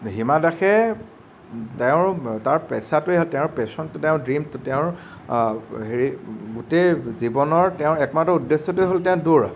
হিমা দাসে তেওঁৰ তাৰ পেচাটোৱে হ'ল তেওঁৰ পেচনটো তেওঁৰ ড্ৰীমটো তেওঁৰ হেৰি গোটেই জীৱনৰ তেওঁৰ একমাত্ৰ উদ্দেশ্যটোৱেই হ'ল তেওঁৰ দৌৰা